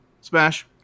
Smash